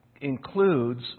includes